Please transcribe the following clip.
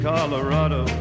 Colorado